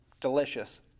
delicious